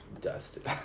dusted